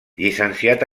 llicenciat